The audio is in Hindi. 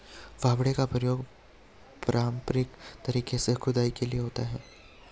फावड़े का प्रयोग पारंपरिक तरीके से खुदाई के लिए होता है